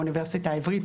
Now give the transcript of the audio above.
באוניברסיטה העברית,